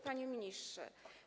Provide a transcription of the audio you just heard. Panie Ministrze!